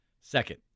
Second